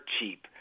cheap